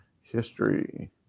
history